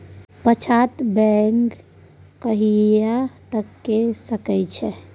पछात बौग कहिया तक के सकै छी?